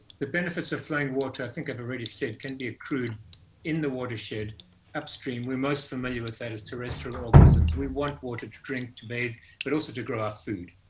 the benefits of flowing water i think i'vealready said can be accrued in the watershed upstream. we're most familiar with that as terrestrial organisms. we want water to drink to bathe but also to grow our food.